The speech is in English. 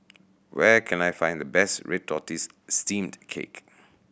where can I find the best red tortoise steamed cake